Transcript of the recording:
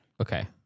Okay